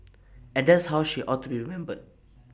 and that's how she ought to be remembered